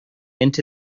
into